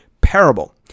parable